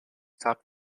top